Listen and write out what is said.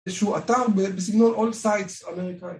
איזשהו אתר בסגנון All Sites אמריקאי